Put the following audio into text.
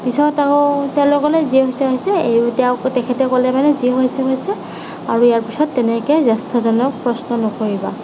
পিছত আকৌ তেওঁলোকে ক'লে যি হৈছে হৈছে এই তেওঁ তেখেতে ক'লে মানে যি হৈছে হৈছে আৰু ইয়াৰ পিছত তেনেকৈ জ্যেষ্ঠজনক প্ৰশ্ন নকৰিবা